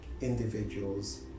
individuals